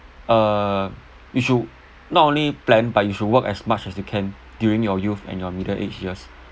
uh you should not only plan but you should work as much as you can during your youth and your middle age years